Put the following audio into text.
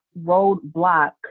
roadblock